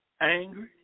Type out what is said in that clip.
angry